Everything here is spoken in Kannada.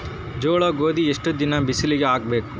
ಜೋಳ ಗೋಧಿ ಎಷ್ಟ ದಿನ ಬಿಸಿಲಿಗೆ ಹಾಕ್ಬೇಕು?